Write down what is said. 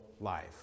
life